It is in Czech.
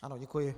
Ano děkuji.